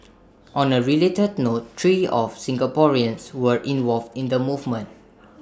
on A related note three of Singaporeans were involved in the movement